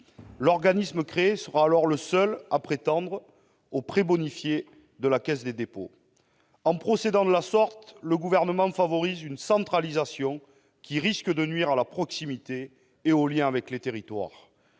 L'organisme créé sera alors le seul à pouvoir prétendre aux prêts bonifiés de la Caisse des dépôts et consignations. En procédant de la sorte, le Gouvernement favorise une centralisation qui risque de nuire à la proximité et au lien avec les territoires.